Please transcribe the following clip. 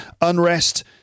Unrest